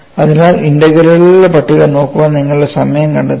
അതിനാൽ ഇന്റഗ്രലുകളുടെ പട്ടിക നോക്കാൻ നിങ്ങളുടെ സമയം കണ്ടെത്തുക